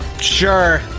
Sure